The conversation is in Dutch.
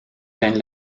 zijn